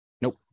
nope